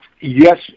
yes